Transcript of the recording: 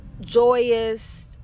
joyous